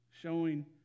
showing